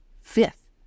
fifth